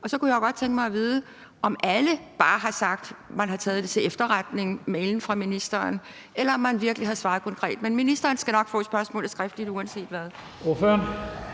Så kunne jeg godt tænke mig at vide, om alle bare har sagt, at man har taget mailen fra ministeren til efterretning, eller om man virkelig har svaret konkret. Men ministeren skal nok få spørgsmålet skriftligt uanset hvad.